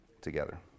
together